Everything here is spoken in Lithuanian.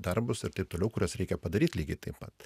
darbus ir taip toliau kuriuos reikia padaryt lygiai taip pat